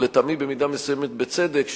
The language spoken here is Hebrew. ולטעמי במידה מסוימת של צדק,